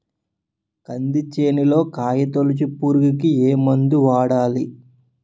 కంది చేనులో కాయతోలుచు పురుగుకి ఏ మందు వాడాలి?